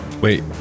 Wait